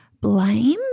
blame